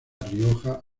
rioja